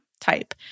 type